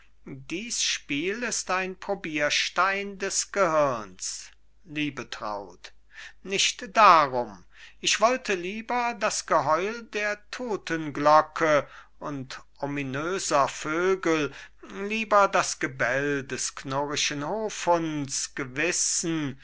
dies spiel ist ein probierstein des gehirns liebetraut nicht darum ich wollte lieber das geheul der totenglocke und ominöser vögel lieber das gebell des knurrischen hofhunds gewissen